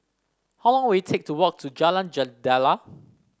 how long will it take to walk to Jalan Jendela